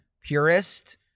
purist